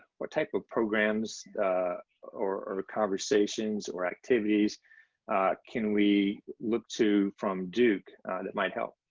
what type of programs or or conversations or activities can we look to from duke that might help?